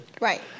Right